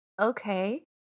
Okay